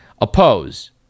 oppose